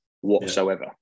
whatsoever